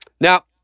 Now